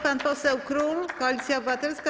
Pan poseł Król, Koalicja Obywatelska.